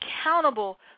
accountable